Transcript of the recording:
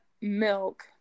milk